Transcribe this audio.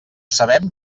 sabem